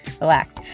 relax